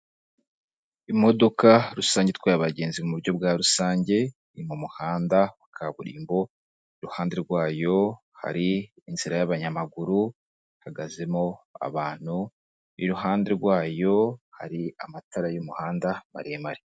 Imodoka rusange itwaye abagenzi mu buryo bwa rusange, iri mu muhanda wa kaburimbo, iruhande rwayo hari inzira y'abanyamaguru, ihagazemo abantu, iruhande rwayo hari amatara y'umuhanda maremare.